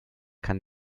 kann